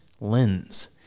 lens